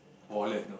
wallet